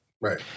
right